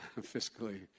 fiscally